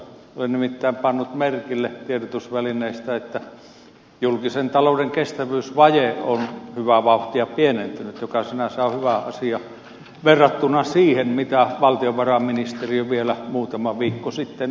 olen nimittäin pannut merkille tiedotusvälineistä että julkisen talouden kestävyysvaje on hyvää vauhtia pienentynyt mikä sinänsä on hyvä asia verrattuna siihen mitä valtiovarainministeriö vielä muutama viikko sitten arvioi